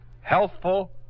Healthful